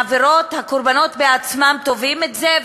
הקורבנות בעצמם תובעים את זה,